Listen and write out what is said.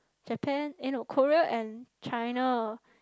Japan eh Korea and China